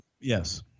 Yes